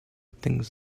things